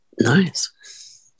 Nice